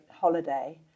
holiday